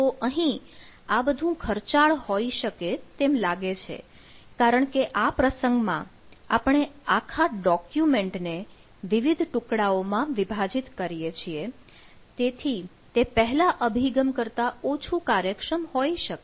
તો અહીં આ બધું ખર્ચાળ હોઇ શકે તેમ લાગે છે કારણ કે આ પ્રસંગમાં આપણે આખા ડોક્યુમેન્ટને વિવિધ ટુકડાઓમાં વિભાજીત કરીએ છીએ તેથી તે પહેલા અભિગમ કરતા ઓછું કાર્યક્ષમ હોઈ શકે